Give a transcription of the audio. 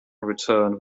returned